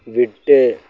விட்டு